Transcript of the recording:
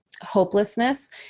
hopelessness